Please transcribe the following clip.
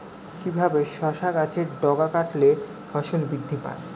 কিভাবে শসা গাছের ডগা কাটলে ফলন বৃদ্ধি পায়?